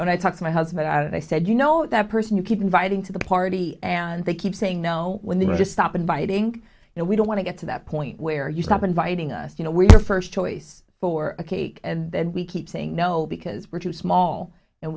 when i talk to my husband i said you know that person you keep inviting to the party and they keep saying no when they were just stop inviting and we don't want to get to that point where you stop inviting us you know we are first choice for a cake and we keep saying no because we're too small and